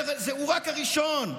הוא רק הראשון,